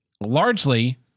largely